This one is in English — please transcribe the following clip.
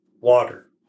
water